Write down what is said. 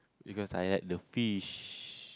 because I like the fish